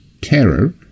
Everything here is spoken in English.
terror